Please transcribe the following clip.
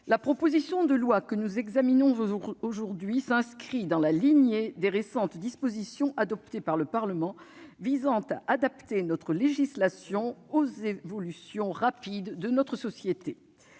la proposition de loi que nous examinons aujourd'hui s'inscrit dans la lignée des récentes dispositions adoptées par le Parlement visant à adapter notre législation aux évolutions rapides de notre société.